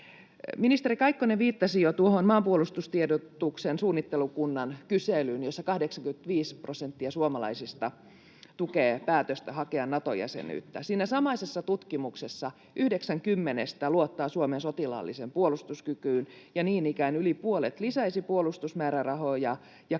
Ministeri Kaikkonen viittasi jo tuohon maanpuolustustiedotuksen suunnittelukunnan kyselyn, jossa 85 prosenttia suomalaisista tukee päätöstä hakea Nato-jäsenyyttä. Siinä samaisessa tutkimuksessa yhdeksän kymmenestä luottaa Suomen sotilaalliseen puolustuskykyyn ja niin ikään yli puolet lisäisi puolustusmäärärahoja ja